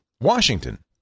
Washington